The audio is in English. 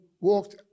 walked